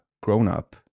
grown-up